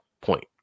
point